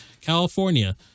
California